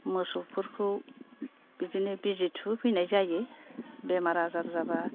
मोसौफोरखौ बिदिनो बिजि थुहोफैनाय जायो बेमार आजार जाबा